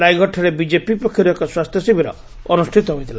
ରାଇଘରଠାରେ BJP ପକ୍ଷରୁ ଏକ ସ୍ୱାସ୍ଥ୍ୟ ଶିବିର ଅନୁଷିତ ହୋଇଥିଲା